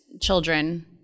children